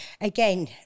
Again